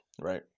right